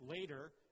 later